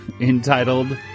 entitled